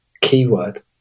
keyword